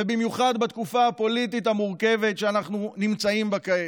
ובמיוחד בתקופה הפוליטית המורכבת שאנחנו נמצאים בה כעת.